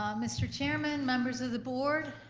um mr. chairman, members of the board,